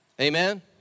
Amen